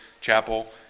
Chapel